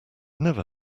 never